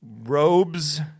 robes